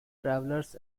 travellers